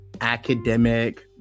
academic